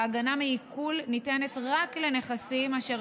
ההגנה מעיקול ניתנת רק לנכסים אשר